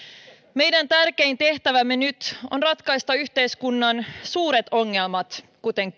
meidän tärkein tehtävämme nyt on ratkaista yhteiskunnan suuret ongelmat kuten